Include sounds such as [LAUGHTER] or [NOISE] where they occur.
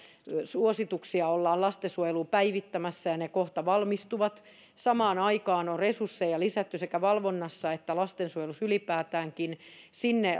suosituksia ollaan lastensuojeluun päivittämässä ja ne kohta valmistuvat samaan aikaan on resursseja lisätty sekä valvonnassa että lastensuojelussa ylipäätäänkin sinne [UNINTELLIGIBLE]